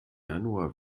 januar